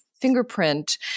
fingerprint